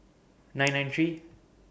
nine nine three